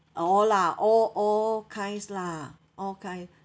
all lah all all kinds lah all kind